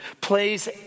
plays